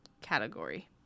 category